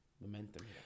momentum